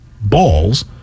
balls